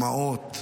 בדמעות.